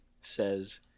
says